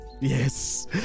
Yes